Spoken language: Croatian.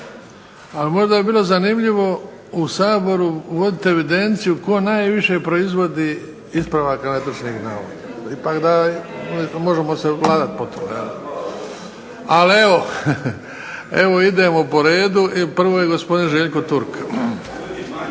Ali možda bi bilo zanimljivo u Saboru voditi evidenciju tko najviše proizvodi ispravaka netočnih navoda, da se možemo vladati po tome. Ali evo idemo po redu. Prvo je gospodin Željko Turk.